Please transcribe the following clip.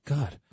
God